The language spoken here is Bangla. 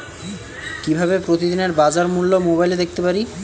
কিভাবে প্রতিদিনের বাজার মূল্য মোবাইলে দেখতে পারি?